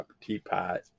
teapot